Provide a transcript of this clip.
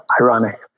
ironic